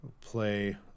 play